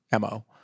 MO